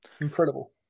Incredible